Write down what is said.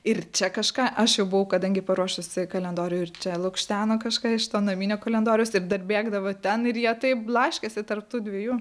ir čia kažką aš jau buvau kadangi paruošusi kalendorių ir čia lukšteno kažką iš to naminio kalendoriaus ir dar bėgdavo ten ir jie taip blaškėsi tarp tų dviejų